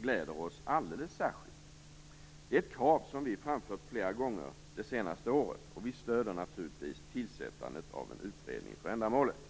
gläder oss alldeles särskilt. Det är ett krav som vi framfört flera gånger det senaste året. Vi stöder naturligtvis tillsättandet av en utredning för ändamålet.